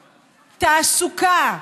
תעסוקה,